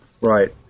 Right